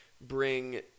bring